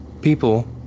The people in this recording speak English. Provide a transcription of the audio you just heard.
people